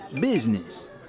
Business